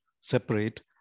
separate